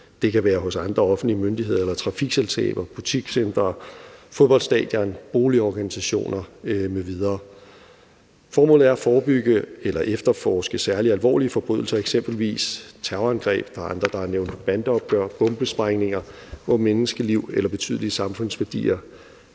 Det kan være hos andre offentlige myndigheder eller trafikselskaber, butikscentre, fodboldstadioner, boligorganisationer m.v. Formålet er at forebygge eller efterforske særligt alvorlige forbrydelser, eksempelvis terrorangreb. Der er andre, der har nævnt bandeopgør, bombesprængninger, hvor menneskeliv eller betydelige samfundsværdier